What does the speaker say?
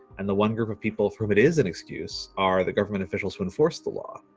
and the one group of people for who it is an excuse are the government officials who enforce the law,